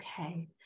Okay